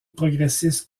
progressiste